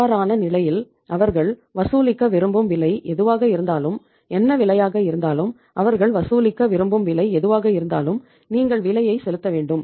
அவ்வாறான நிலையில் அவர்கள் வசூலிக்க விரும்பும் விலை எதுவாக இருந்தாலும் என்ன விலையாக இருந்தாலும் அவர்கள் வசூலிக்க விரும்பும் விலை எதுவாக இருந்தாலும் நீங்கள் விலையை செலுத்த வேண்டும்